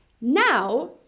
Now